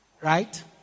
right